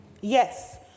Yes